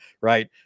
right